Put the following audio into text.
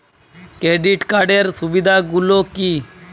Credit কার্ডের সুবিধা গুলো কি?